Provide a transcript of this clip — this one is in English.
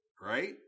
right